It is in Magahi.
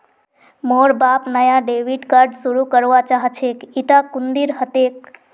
मोर बाप नाया डेबिट कार्ड शुरू करवा चाहछेक इटा कुंदीर हतेक